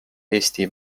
eesti